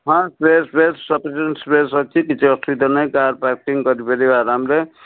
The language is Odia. ହଁ ସ୍ପେସ୍ ଫେସ୍ ସଫିସେଣ୍ଟ୍ ସ୍ପେସ୍ କିଛି ଅସୁବିଧା ନାହିଁ କାର୍ ପାର୍କିଂ କରିପାରିବେ ଆରାମରେ